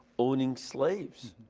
owning slaves,